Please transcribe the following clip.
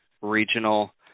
regional